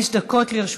דקות לרשותך.